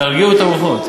תרגיעו את הרוחות.